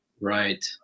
Right